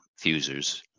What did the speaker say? Fusers